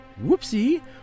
Whoopsie